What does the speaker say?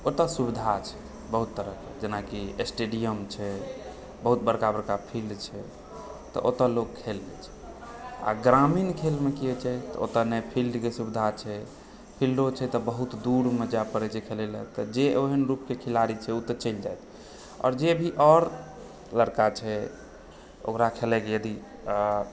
ओतए सुविधा छै बहुत तरहक जेना ओतए स्टेडियम छै बहुत बरका बरका फील्ड छै तऽ ओतय लोक खेलैत छै आ ग्रामीण खेलमे की होइत छै तऽ नहि ओतय फील्डके सुविधा छै फील्डो छै तऽ बहुत दूरमे जाइ परैत छै खेलैलऽ तऽ जे ओहन रूपके खिलाड़ी छै ओ तऽ चलि जाइत आओर जे भी आओर लड़का छै ओकरा खेलयके यदि